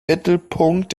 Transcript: mittelpunkt